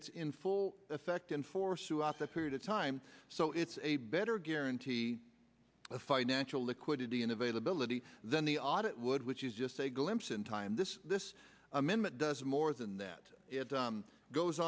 it's in full effect in force to at that period of time so it's a better guarantee of financial liquidity and availability than the audit would which is just a glimpse in time this this amendment does more than that it goes